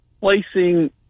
placing